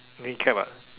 knee cap ah